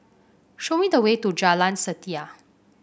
show me the way to Jalan Setia